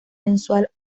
mensual